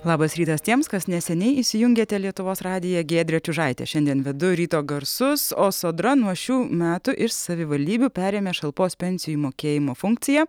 labas rytas tiems kas neseniai įsijungiate lietuvos radiją giedrė čiužaitė šiandien vedu ryto garsus o sodra nuo šių metų iš savivaldybių perėmė šalpos pensijų mokėjimo funkciją